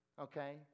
okay